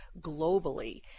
globally